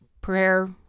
prayer